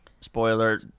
spoiler